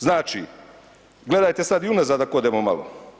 Znači, gledajte sad i unazad ako odemo malo.